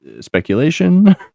Speculation